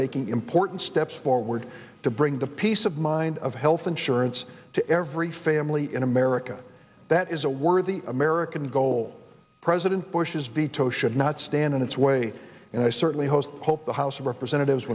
taking important steps forward to bring the peace of mind of health insurance to every family in america that is a worthy american goal president bush's veto should not stand in its way and i certainly host hope the house of representatives